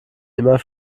immer